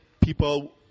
people